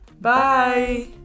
Bye